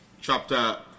chapter